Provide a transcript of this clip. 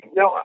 no